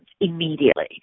immediately